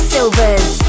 Silvers